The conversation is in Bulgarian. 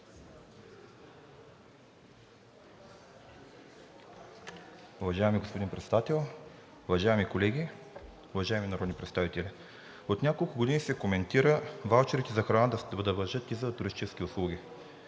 Уважаеми господин Председател, уважаеми колеги, уважаеми народни представители! От няколко години се коментира ваучерите за храна да важат и за туристически услуги.